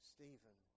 Stephen